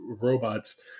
robots